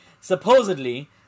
Supposedly